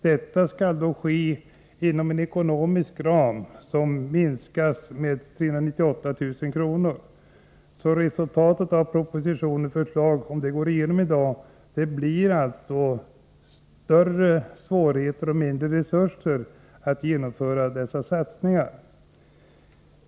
Detta skall dock ske inom ramen för ett anslag som minskas med 398 000 kr. Resultatet om propositionens förslag går igenom i dag blir alltså större svårigheter och mindre resurser för att genomföra satsningarna.